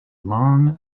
long